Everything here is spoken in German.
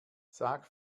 sag